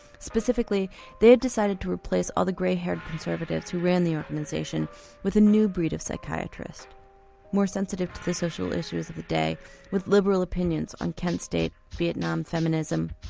specifically they had decided to replace all the greyhaired conservatives who ran the organisation with a new breed of psychiatrist more sensitive to the social issues of the day with liberal opinions on kent state, vietnam, feminism.